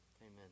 Amen